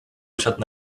usiadł